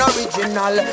Original